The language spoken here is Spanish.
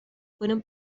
fueron